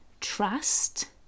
trust